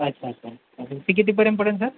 अच्छा अच्छा ते कितीर्यंत पडेल सर